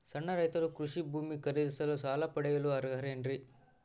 ಸಣ್ಣ ರೈತರು ಕೃಷಿ ಭೂಮಿ ಖರೇದಿಸಲು ಸಾಲ ಪಡೆಯಲು ಅರ್ಹರೇನ್ರಿ?